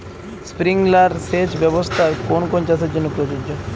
Sprinkler সেচ ব্যবস্থার কোন কোন চাষের জন্য প্রযোজ্য?